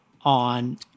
on